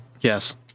Yes